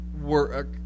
work